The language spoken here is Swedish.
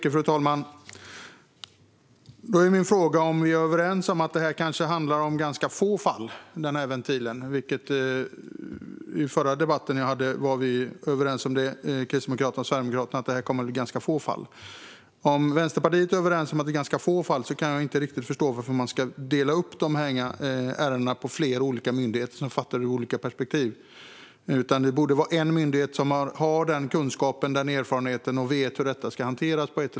Fru talman! Då är min fråga om vi är överens om att det kanske handlar om ganska få fall när det gäller den här ventilen. I förra debatten vi hade om detta var Kristdemokraterna och Sverigedemokraterna överens om att det kommer att bli ganska få fall. Om Vänsterpartiet håller med om att det är ganska få fall kan jag inte riktigt förstå varför man ska dela upp ärendena på olika myndigheter som fattar beslut från olika perspektiv. Det borde vara en myndighet som har kunskapen och erfarenheten och vet hur detta ska hanteras.